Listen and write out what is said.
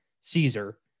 Caesar